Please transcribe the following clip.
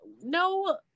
no